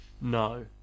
No